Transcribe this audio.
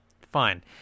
fine